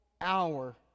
hour